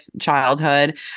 childhood